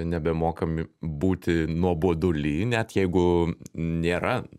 nebemokam būti nuoboduly net jeigu nėra